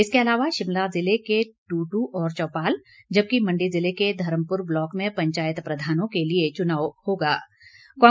इसके अलावा शिमला ज़िले के टुटू और चौपाल जबकि मंडी ज़िले के धर्मपुर ब्लॉक में पंचायत प्रधानों के चुनाव के लिए भी मतदान होगा